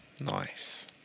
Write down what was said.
Nice